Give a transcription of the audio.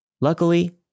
Luckily